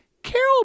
Carol